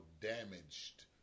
damaged